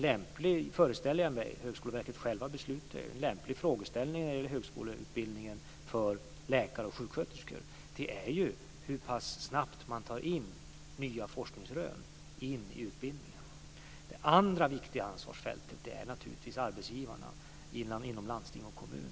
Jag föreställer mig - Högskoleverket beslutar självt - att en lämplig frågeställning när det gäller högskoleutbildningen för läkare och sjuksköterskor är hur pass snabbt man tar in nya forskningsrön i utbildningen. Det andra viktiga ansvarsfältet gäller naturligtvis arbetsgivarna inom landsting och kommun.